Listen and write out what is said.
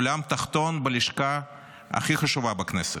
עולם תחתון בלשכה הכי חשובה בכנסת,